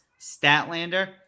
Statlander